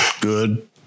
good